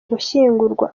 gushyingurwa